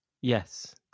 yes